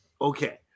okay